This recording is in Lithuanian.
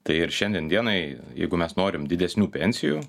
tai ir šiandien dienai jeigu mes norim didesnių pensijų